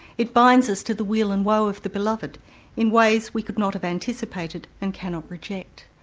it binds us to the wheel and woe of the beloved in ways we could not have anticipated and cannot reject.